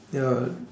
ya